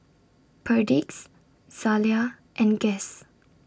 Perdix Zalia and Guess